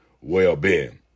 well-being